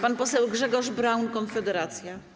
Pan poseł Grzegorz Braun, Konfederacja.